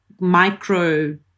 micro